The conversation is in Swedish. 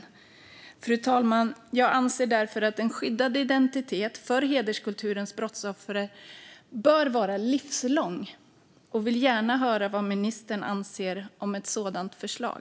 Därför, fru talman, anser jag att en skyddad identitet för hederskulturens brottsoffer bör vara livslång, och jag vill gärna höra vad ministern anser om ett sådant förslag.